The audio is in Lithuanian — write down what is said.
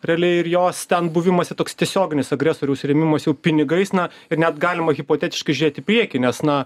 realiai ir jos ten buvimas į toks tiesioginis agresoriaus rėmimas jau pinigais na ir net galima hipotetiškai žiūrėti į priekį nes na